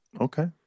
Okay